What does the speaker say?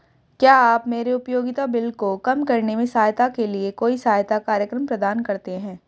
क्या आप मेरे उपयोगिता बिल को कम करने में सहायता के लिए कोई सहायता कार्यक्रम प्रदान करते हैं?